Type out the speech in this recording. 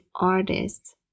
artists